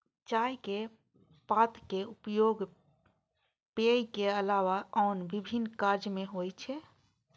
चायक पातक उपयोग पेय के अलावा आन विभिन्न काज मे होइ छै